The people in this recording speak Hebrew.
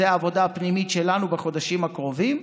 זאת העבודה הפנימית שלנו בחודשים הקרובים.